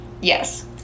yes